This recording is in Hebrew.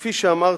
כפי שאמרתי,